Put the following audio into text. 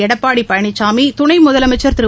எடப்பாடி பழனிசாமி துணை முதலமைச்சர் திரு